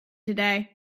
today